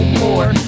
more